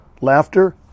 Laughter